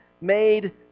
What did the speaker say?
made